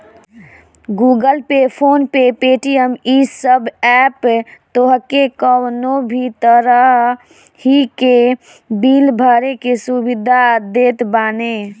Google Pay, PhonePe, Paytm इ सब app तोहके कवनो भी तरही के बिल भरे के सुविधा देत बाने